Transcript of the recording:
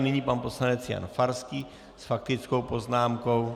Nyní pan poslanec Jan Farský s faktickou poznámkou.